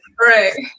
right